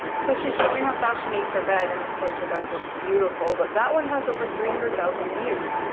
so she's showing how fast she makes her bed. and of course her bed looks beautiful, but that one has over three hundred thousand views.